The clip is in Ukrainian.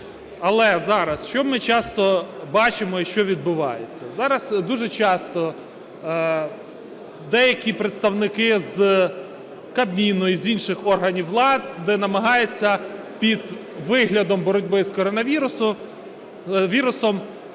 Але зараз що ми часто бачимо і що відбувається? Зараз дуже часто деякі представники з Кабміну і з інших органів влади намагаються під виглядом боротьби з коронавірусом